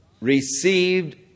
received